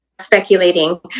speculating